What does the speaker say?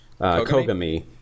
Kogami